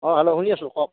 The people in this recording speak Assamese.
অঁ হেল্ল' শুনি আছোঁ কওক